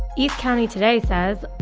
eastcountytoday says,